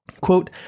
Quote